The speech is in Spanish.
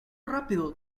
rápido